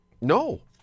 No